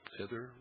hither